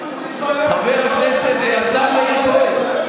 השר מאיר כהן,